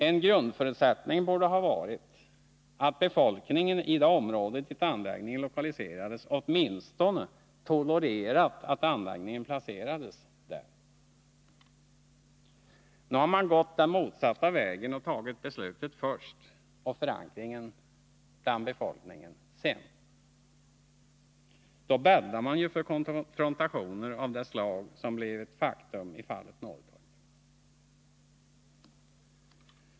En grundförutsättning borde ha varit att befolkningen i det område dit anläggningen lokaliserades åtminstone hade tolererat att anläggningen placerades där. Nu har man gått den motsatta vägen och tagit beslutet först och förankringen bland befolkningen sedan. Då bäddar man ju för konfrontationer av det slag som blivit ett faktum i fallet Norrtorp.